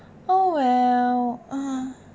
oh well